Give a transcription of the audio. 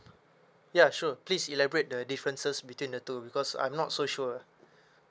ya sure please elaborate the differences between the two because I'm not so sure